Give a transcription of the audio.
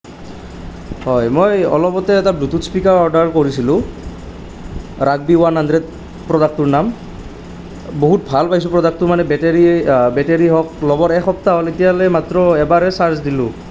হয় মই অলপতে এটা ব্লুটুথ স্পীকাৰ অৰ্ডাৰ কৰিছিলোঁ ৰাগবি ওৱান হানড্ৰেড প্ৰডাক্টটোৰ নাম বহুত ভাল পাইছোঁ প্ৰডাক্টটো মানে বেটেৰী বেটেৰী হওক লবৰ এসপ্তাহ হ'ল এতিয়ালৈ মাত্ৰ এবাৰেই চাৰ্জ দিলোঁ